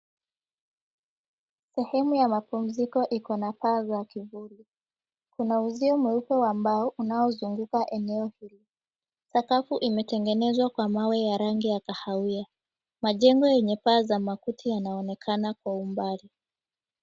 Sehemu ya mapumziko iko na paa za kivuli. Kuna uzio mweupe wa mbao unaozunguka eneo hili. Sakafu imetengenezwa kwa mawe ya rangi ya kahawia. Majengo yenye paa za makuti yanaonekana kwa umbali.